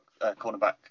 cornerback